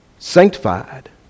sanctified